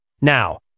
Now